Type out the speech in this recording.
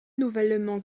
nouvellement